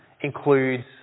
includes